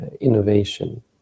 innovation